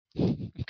Okay